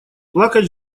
плакать